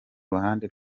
ruhande